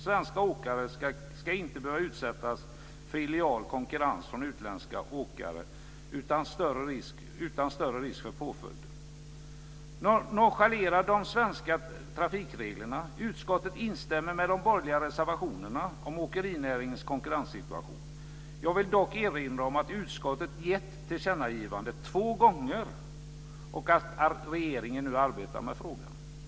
Svenska åkare ska inte behöva utsättas för illojal konkurrens från utländska åkare som utan större risk för påföljder nonchalerar de svenska trafikreglerna. Utskottet instämmer i de borgerliga reservationerna om åkerinäringens konkurrenssituation. Jag vill dock erinra om att utskottet två gånger gett ett tillkännagivande till regeringen och att regeringen nu arbetar med frågan.